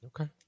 Okay